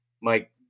Mike